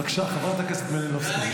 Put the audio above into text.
בבקשה, חברת הכנסת מלינובסקי.